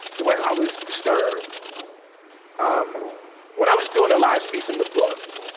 the way i was disturbed um when i was doing the last piece in the book,